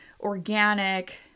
organic